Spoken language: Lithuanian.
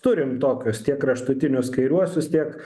turim tokius tiek kraštutinius kairiuosius tiek